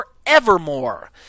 forevermore